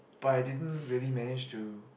by I didn't really manage to